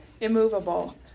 immovable